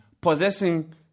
possessing